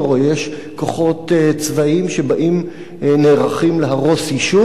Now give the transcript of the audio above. יש כוחות צבאיים שבאים ונערכים להרוס יישוב.